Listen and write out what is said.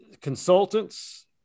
consultants